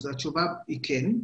התשובה היא כן.